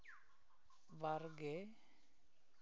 ᱵᱟᱨᱜᱮ